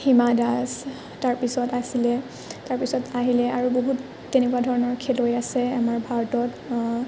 হিমা দাস তাৰপিছত আছিলে তাৰপিছত আহিলে আৰু বহুত তেনেকুৱা ধৰণৰ খেলুৱৈ আছে ভাৰতত